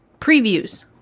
previews